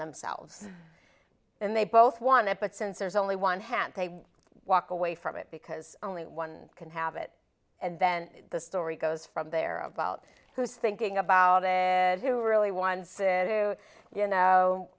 themselves and they both want it but since there's only one hand they walk away from it because only one can have it and then the story goes from there about who is thinking about it and who really wants to you know